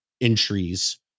entries